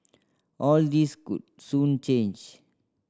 all this could soon change